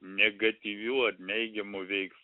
negatyvių ar neigiamų veiksmų